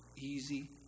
easy